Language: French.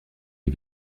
les